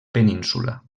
península